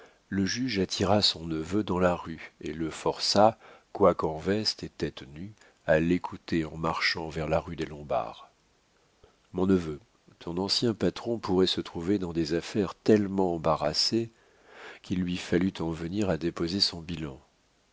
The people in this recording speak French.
le juge attira son neveu dans la rue et le força quoiqu'en veste et tête nue à l'écouter en marchant vers la rue des lombards mon neveu ton ancien patron pourrait se trouver dans des affaires tellement embarrassées qu'il lui fallût en venir à déposer son bilan